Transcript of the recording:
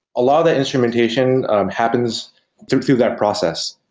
a lot of the instrumentation happens through through that process.